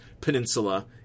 peninsula